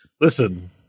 Listen